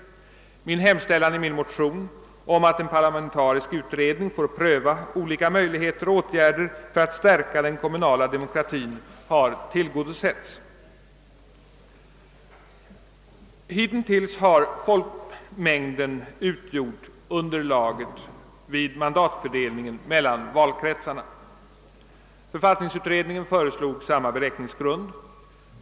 Min hemställan i motionen om att en parlamentarisk utredning skall få pröva olika möjligheter och åtgärder för att stärka den kommunala demokratin har tillgodosetts. Hitintills har folkmängden utgjort underlaget vid mandatfördelningen mellan valkretsarna. Författningsutredningen föreslog samma beräkningsgrund.